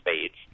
spades